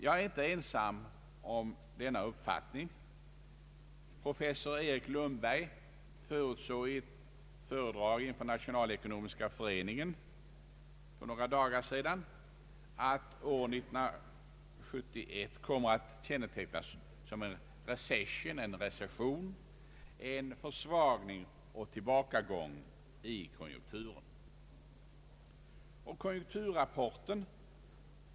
Jag är inte ensam om denna uppfattning. Professor Erik Lundberg förutsåg i ett föredrag inför Nationalekonomiska föreningen för några dagar sedan, att år 1971 kommer att kännetecknas av en recession, en försvagning och tillbakagång i konjunkturen.